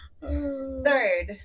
Third